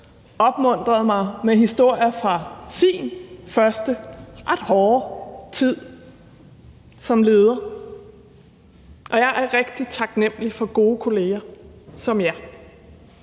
opmuntrede mig med historier fra sin første og ret hårde tid som leder. Og jeg rigtig taknemlig for gode kolleger som jer.